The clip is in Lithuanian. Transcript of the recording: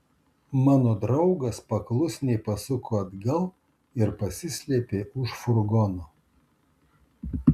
mano draugas paklusniai pasuko atgal ir pasislėpė už furgono